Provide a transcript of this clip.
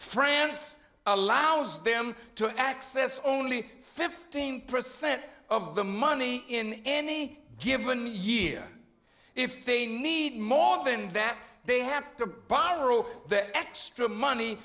france allows them to access only fifteen percent of the money in any given year if they need more than that they have to borrow that extra money